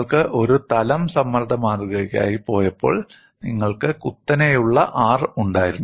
നിങ്ങൾ ഒരു തലം സമ്മർദ്ദ മാതൃകയ്ക്കായി പോയപ്പോൾ നിങ്ങൾക്ക് കുത്തനെയുള്ള R ഉണ്ടായിരുന്നു